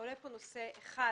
עולה פה נושא אחד,